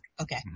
Okay